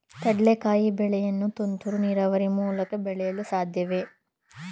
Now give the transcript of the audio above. ಕಡ್ಲೆಕಾಯಿ ಬೆಳೆಯನ್ನು ತುಂತುರು ನೀರಾವರಿ ಮೂಲಕ ಬೆಳೆಯಲು ಸಾಧ್ಯವೇ?